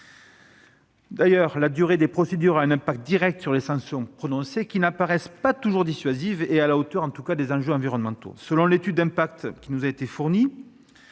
D'ailleurs, la durée des procédures a un impact direct sur les sanctions prononcées, qui n'apparaissent pas toujours dissuasives et à la hauteur des enjeux environnementaux. Selon l'étude d'impact, sur 1 993 personnes